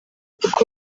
kuko